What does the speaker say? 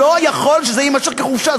לא יכול להיות שזה יימשך כחופשה.